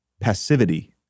passivity